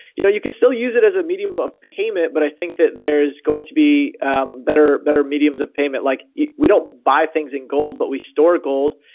you know, you could still use it as a medium of payment. but i think that there's going to be better, better mediums of payment. like we don't buy things in gold, but we store gold.